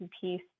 piece